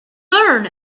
learn